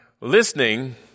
Listening